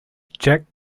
jack